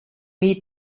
eat